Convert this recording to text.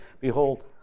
Behold